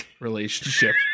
relationship